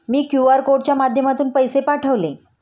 मी QR कोडच्या माध्यमातून पैसे पाठवले